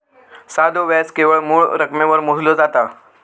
साधो व्याज केवळ मूळ रकमेवर मोजला जाता